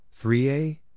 3a